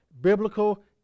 biblical